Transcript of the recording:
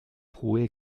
hohe